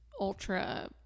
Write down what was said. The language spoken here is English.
ultra